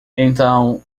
então